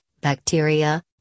bacteria